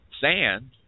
sand